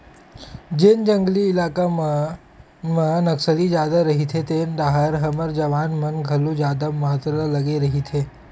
जेन जंगली इलाका मन म नक्सली जादा रहिथे तेन डाहर हमर जवान मन घलो जादा मातरा लगे रहिथे